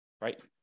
right